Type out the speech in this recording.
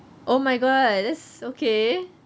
oh my god that's okay